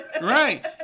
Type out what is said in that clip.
Right